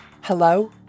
Hello